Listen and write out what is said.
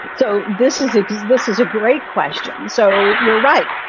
so this is it, because this is a great question. so you're right.